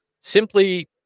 simply